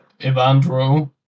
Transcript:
Evandro